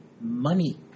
money